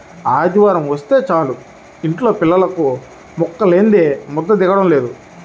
ఆదివారమొస్తే చాలు యింట్లో పిల్లలకు ముక్కలేందే ముద్ద దిగటం లేదు